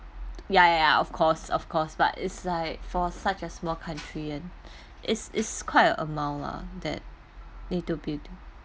ya ya ya of course of course but it's like for such a small country it's it's quite a amount lah that need to be do~